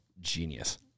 genius